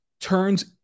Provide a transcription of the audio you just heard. turns